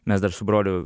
mes dar su broliu